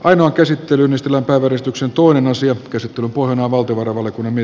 ainoa käsittelylistalla ovat esityksen toinen asia käsittelu puolin avautuvan alku meni